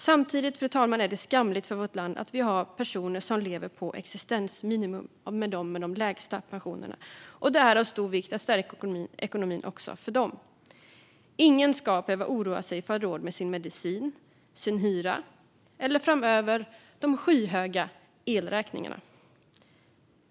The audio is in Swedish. Samtidigt, fru talman, är det skamligt för vårt land att vi har personer som lever på existensminimum - detta är de personer som har de lägsta pensionerna - och det är av stor vikt att stärka ekonomin också för dem. Ingen ska behöva oroa sig för att inte ha råd med sin medicin, sin hyra eller, framöver, de skyhöga elräkningarna.